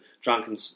drunken